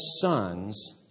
sons